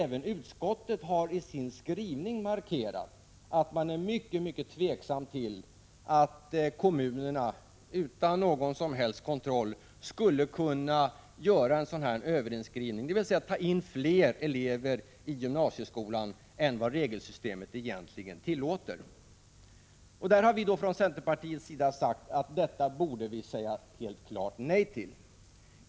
Även utskottet har i sin skrivning markerat att man är mycket mycket tveksam till att kommunerna utan någon som helst kontroll skulle kunna ta in fler elever i gymnasieskolan än vad regelsystemet egentligen tillåter. I centerpartiet har vi då ansett att detta borde vi säga helt klart nej till.